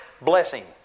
blessing